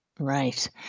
Right